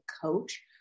coach